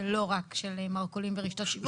ולא רק של מרכולים ורשתות שיווק.